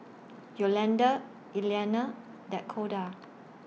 Yolanda Eliana Dakoda